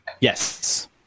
Yes